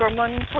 um one